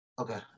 Okay